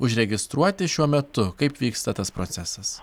užregistruoti šiuo metu kaip vyksta tas procesas